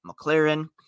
McLaren